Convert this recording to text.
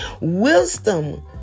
Wisdom